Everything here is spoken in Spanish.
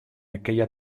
aquella